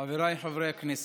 חבריי חברי הכנסת,